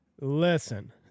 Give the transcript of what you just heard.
Listen